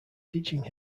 teaching